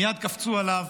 מייד קפצו עליו